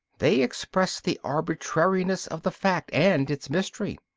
they express the arbitrariness of the fact and its mystery.